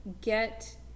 get